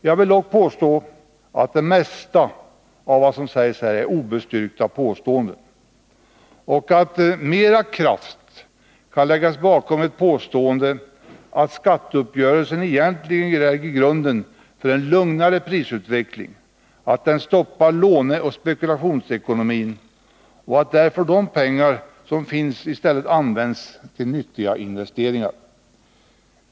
Jag vill dock hävda att det mesta av vad som sagts är obestyrkta påståenden och att mera kraft kan läggas bakom ett påstående om att skatteuppgörelsen egentligen lägger grunden för en lugnare prisutveckling, att den stoppar låneoch spekulationsekonomin och att därför de pengar som finns i stället används till nyttiga investeringar.